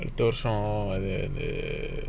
those all